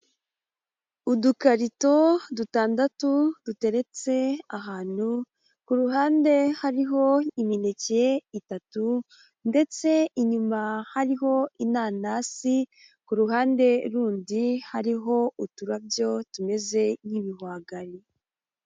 Udukarito dutandatu duteretse ahantu ku ruhande hariho imineke itatu, ndetse inyuma hariho inanasi, ku ruhande rundi hariho uturarabyo tumeze nk'ibihwagari.